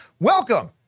Welcome